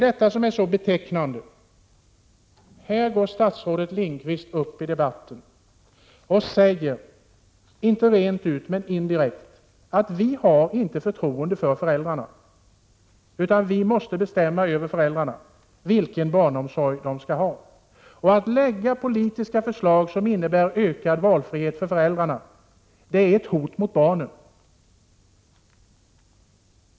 Det är betecknande att statsrådet Lindqvist gick upp i debatten och sade — inte rent ut men indirekt — att socialdemokraterna inte har förtroende för föräldrarna utan måste bestämma åt dem vilken barnomsorg de skall ha. Att lägga fram politiska förslag som innebär ökad valfrihet för föräldrarna är ett hot mot barnen! Herr talman!